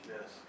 Yes